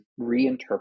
reinterpret